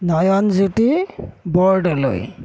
Nayanjyoti Bordoloi